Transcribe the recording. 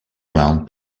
round